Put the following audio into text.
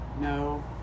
no